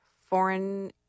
foreign